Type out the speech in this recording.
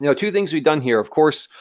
know, two things we've done here. of course,